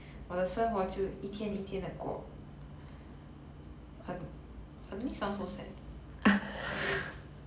我的生活就一天一天地过很 suddenly sound so sad